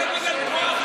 עיר שמצביעה ליכוד.